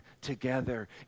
together